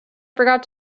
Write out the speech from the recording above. forgot